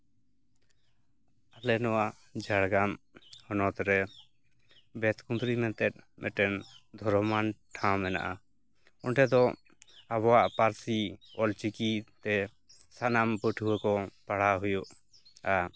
ᱟᱞᱮ ᱱᱚᱣᱟ ᱡᱷᱟᱲᱜᱨᱟᱢ ᱦᱚᱱᱚᱛ ᱨᱮ ᱵᱮᱛᱠᱩᱸᱫᱽᱨᱤ ᱢᱮᱱᱛᱮ ᱢᱤᱫᱴᱮᱱ ᱫᱷᱚᱨᱚᱢᱟᱱ ᱴᱷᱟᱶ ᱢᱮᱱᱟᱜᱼᱟ ᱚᱸᱰᱮ ᱫᱚ ᱟᱵᱚᱣᱟᱜ ᱯᱟᱹᱨᱥᱤ ᱚᱞ ᱪᱤᱠᱤ ᱛᱮ ᱥᱟᱱᱟᱢ ᱯᱟᱹᱴᱷᱩᱣᱟᱹ ᱠᱚ ᱯᱟᱲᱦᱟᱣ ᱦᱳᱭᱳᱜᱼᱟ